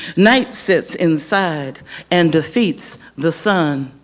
night sits inside and defeats the sun.